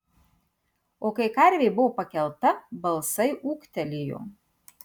o kai karvė buvo pakelta balsai ūktelėjo